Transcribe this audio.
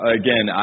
again